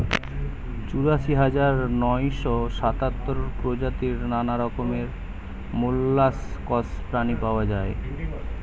চুরাশি হাজার নয়শ সাতাত্তর প্রজাতির নানা রকমের মোল্লাসকস প্রাণী পাওয়া যায়